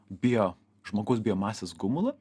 bio žmogaus biomasės gumulą